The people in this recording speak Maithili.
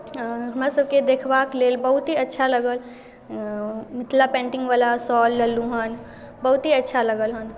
हमरासभके देखबाक लेल बहुते अच्छा लागल मिथिला पेन्टिंगवला शॉल लेलहुँ हेँ बहुते अच्छा लागल हेँ